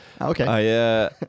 Okay